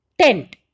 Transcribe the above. tent